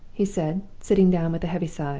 he said, sitting down with a heavy sigh.